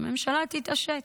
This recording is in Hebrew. שהממשלה תתעשת,